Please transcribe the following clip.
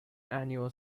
annual